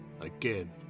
Again